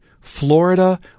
Florida